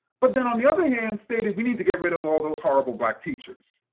but then on the other hand, stated we need to get rid of all those horrible black teachers.